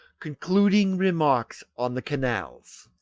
concluding remarks on the canals.